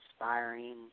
inspiring